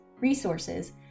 resources